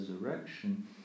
resurrection